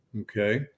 Okay